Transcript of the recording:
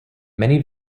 many